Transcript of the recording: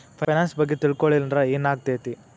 Finance ಬಗ್ಗೆ ತಿಳ್ಕೊಳಿಲ್ಲಂದ್ರ ಏನಾಗ್ತೆತಿ?